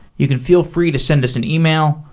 you can feel free to send us an email.